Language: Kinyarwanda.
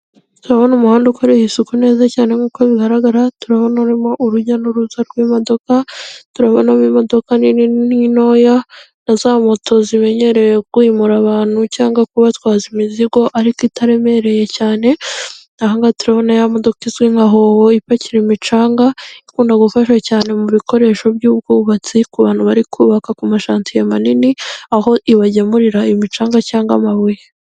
Turabona umuhanda ukoreye isuku neza cyane nkuko bigaragara turabona urimo urujya n'uruza rw'imodoka, turabonamo imodoka nini n'intoya na za moto zimenyerewe kwimura abantu cyangwa kubatwaza imizigo ariko itaremereye cyane, ahangaha turabona ya modoka izwi nka howo ipakira imicanga ikunda gufasha cyane mu bikoresho by'ubwubatsi ku bantu bari kubaka ku mashatsiye manini, aho ibagemurira imicanga cyangwa amabuye.